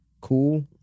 cool